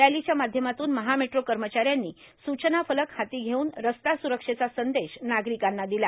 रॅलीच्या माध्यमातून महा मेट्रो कर्मचाऱ्यांनी सूचना फलक हाती धेऊन रस्ता स्रक्षतेचा संदेश नागरिकांना दिला